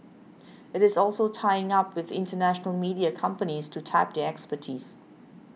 it is also tying up with international media companies to tap their expertise